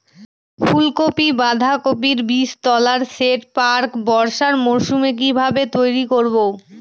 ফুলকপি বাধাকপির বীজতলার সেট প্রাক বর্ষার মৌসুমে কিভাবে তৈরি করব?